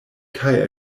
kaj